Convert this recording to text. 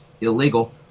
illegal